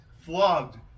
flogged